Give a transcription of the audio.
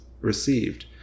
received